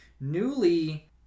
newly